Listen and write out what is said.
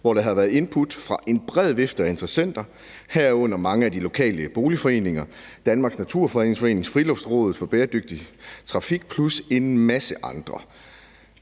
hvor der er kommet input fra en bred vifte af interessenter, herunder mange af de lokale boligforeninger, Danmarks Naturfredningsforening, Friluftsrådet, Rådet for bæredygtig trafik plus en masse andre.